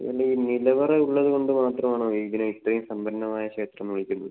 അല്ല ഈ നിലവറ ഉള്ളത് കൊണ്ട് മാത്രം ആണോ ഇതിനെ ഇത്രയും സമ്പന്നമായ ക്ഷേത്രം എന്ന് വിളിക്കുന്നത്